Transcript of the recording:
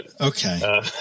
Okay